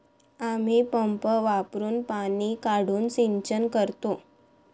आम्ही पंप वापरुन पाणी काढून सिंचन करतो